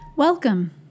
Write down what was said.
Welcome